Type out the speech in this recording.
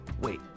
Wait